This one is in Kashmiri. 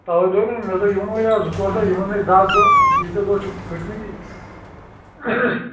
تَوے دوٚپ نےَ مےٚ دوٚپ یِمَن ہا زٕ ژوٗر دۅہ یِمَن نے زانٛہہ دۅہ ییٖتیٛاہ دۅہ چھِ پھُٹۍمِتی